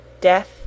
death